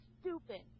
stupid